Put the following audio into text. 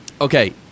Okay